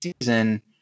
season